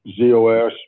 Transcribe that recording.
ZOS